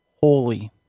holy